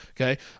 Okay